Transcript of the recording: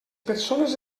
persones